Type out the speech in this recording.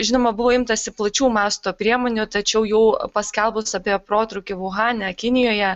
žinoma buvo imtasi plačių masto priemonių tačiau jau paskelbus apie protrūkį vuhane kinijoje